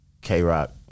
K-Rock